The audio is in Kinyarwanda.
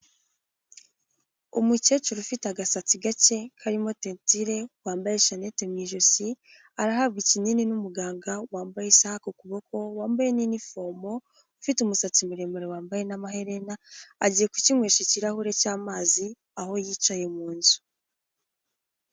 Umukecuru ufite agasatsi gake karimo tensire wambaye shanannette mu ijosi arahabwa ikinini n'umuganga wambaye isaha ku kuboko wambaye nnifomo ufite umusatsi muremure wambaye n'amaherena agiye kukinywesha ikirahure cy'amazi aho yicaye mu nzu.